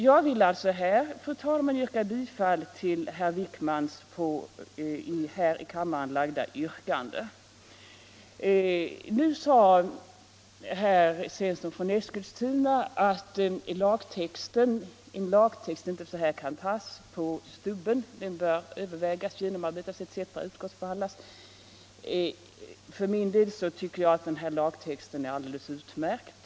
| Jag vill därför nu yrka bifall till herr Wijkmans här i kammaren framställda yrkande. Sedan sade herr Svensson 1 Eskilstuna att en lagtext inte kan antas så här ”på stubben”. Den bör försi övervägas, genomarbetas och utskotts behandlas osv. För min del tycker jag att lagtexten är alldeles utmärkt.'